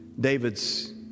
David's